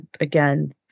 again